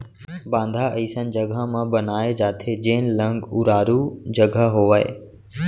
बांधा अइसन जघा म बनाए जाथे जेन लंग उरारू जघा होवय